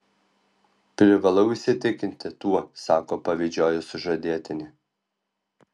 privalau įsitikinti tuo sako pavydžioji sužadėtinė